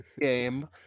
game